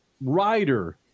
rider